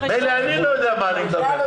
מילא, אני לא יודע מה אני מדבר.